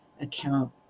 account